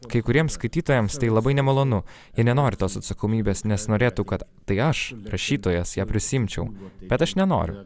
kai kuriems skaitytojams tai labai nemalonu ir nenori tos atsakomybės nes norėtų kad tai aš rašytojas ją prisiimčiau bet aš nenoriu